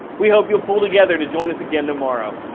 we hope you'll pull together to join us again tomorrow.